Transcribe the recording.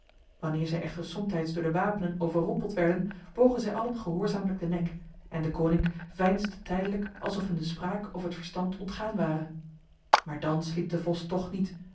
wanneer zij echter somtijds door de wapenen overrompeld werden bogen zij allen gehoorzamelijk de nek en deconinck veinsde tijdelijk alsof hem de spraak of het verstand ontgaan ware maar dan sliep de vos toch niet